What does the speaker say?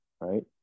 right